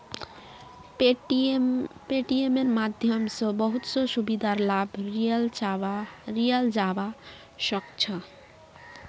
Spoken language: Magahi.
पेटीएमेर माध्यम स बहुत स सुविधार लाभ लियाल जाबा सख छ